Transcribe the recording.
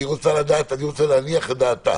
היא רוצה לדעת ואני רוצה להניח את דעתה.